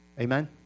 Amen